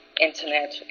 internet